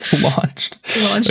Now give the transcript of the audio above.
launched